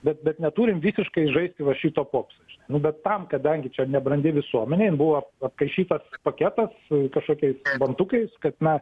bet bet neturim visiškai žaisti va šito popso nu bet tam kadangi čia nebrandi visuomenė jin buvo apkaišytas pakets kažkokiais bantukais kad na